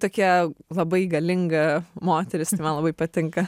tokia labai galinga moteris tai man labai patinka